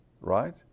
right